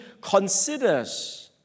considers